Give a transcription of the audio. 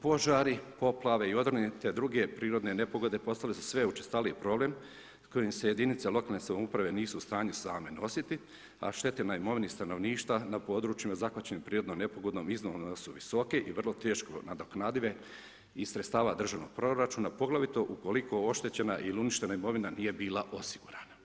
Požari, poplavi, odroni, te drugi prirodne nepogode, postale su sve učestali problem, s kojim se jedinice lokalne samouprave, nisu u stanju same nositi, a štete na imovini stanovništva, na područjima zahvaćeni, prirodnom nepogodom, iznimno su visoke i vrlo teško nadoknadive iz sredstava državnih proračuna, poglavito, ukoliko oštećena ili uništena imovina nije bila osigurana.